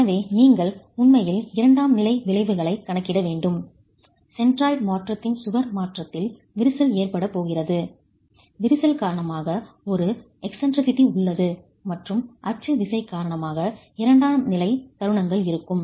எனவே நீங்கள் உண்மையில் இரண்டாம் நிலை விளைவுகளைக் கணக்கிட வேண்டும் சென்ட்ராய்டு மாற்றத்தின் சுவர் மாற்றத்தில் விரிசல் ஏற்படப் போகிறது விரிசல் காரணமாக ஒரு மையப் பிறழ்ச்சி உள்ளது மற்றும் அச்சு விசை காரணமாக இரண்டாம் நிலை தருணங்கள் இருக்கும்